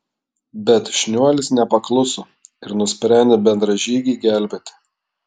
bet šniuolis nepakluso ir nusprendė bendražygį gelbėti